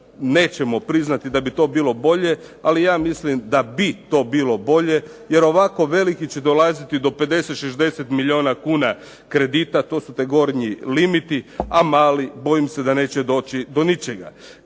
nećemo priznati da bi to bilo bolje, ali ja mislim da bi to bilo bolje jer ovako veliki će dolaziti do 50, 60 milijuna kuna kredita, to su ti gornji limiti, a mali bojim se da neće doći do ničega.